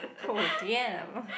oh damn